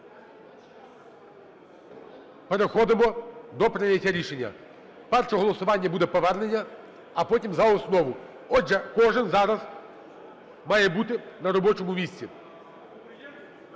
Переходимо до прийняття рішення. Перше голосування буде – повернення, а потім – за основу. Отже, кожен зараз має бути на робочому місці.